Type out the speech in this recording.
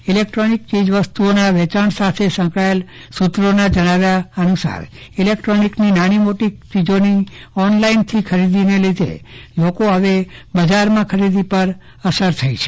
electronic ચીજવસ્તુઓમાં વેચાણ સાથે સંકળાયેલા સુત્રોના જણાવ્યા અનુસાર ઈલેકટ્રોનિકની નાનીમોટી ચીજોની ઓનલાઈનથી ખરીદીને લીધે હવે બજારમાં ખરીદી પર અસર થઈ છે